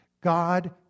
God